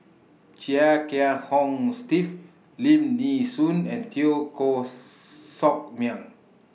Chia Kiah Hong Steve Lim Nee Soon and Teo Koh Sock Miang